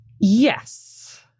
Yes